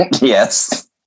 Yes